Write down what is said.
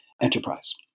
enterprise